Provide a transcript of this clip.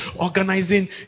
Organizing